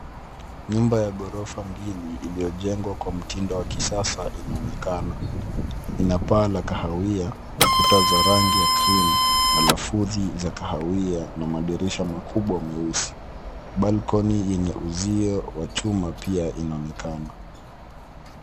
Nyumba ya ghorofa mbili iliyojengwa kwa mtindo wa kisasa inaonekana. Ina paa la kahawia kuta za rangi ya cream na lafudhi za kahawia na madirisha makubwa meusi. Balcony yenye uzio wa chuma pia inaonekana.